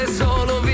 solo